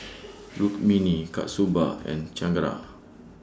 Rukmini Kasturba and Chengara